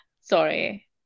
Sorry